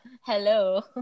hello